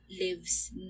lives